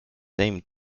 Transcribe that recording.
same